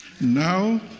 Now